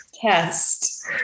test